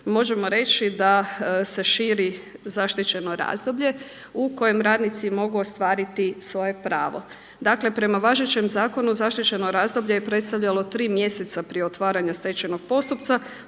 možemo reći da se širi zaštićeno razdoblje u kojem radnici mogu ostvariti svoje pravo. Dakle prema važećem zakonu zaštićeno razdoblje je predstavljalo 3 mjeseca prije otvaranja stečajnog postupka,